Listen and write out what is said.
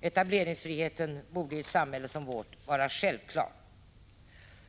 Etableringsfriheten borde i ett samhälle som vårt vara självklar.